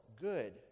good